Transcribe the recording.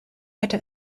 hätte